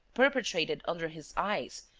perpetrated under his eyes,